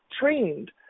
trained